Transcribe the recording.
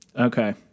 okay